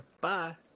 Bye